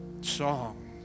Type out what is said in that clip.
song